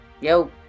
Yo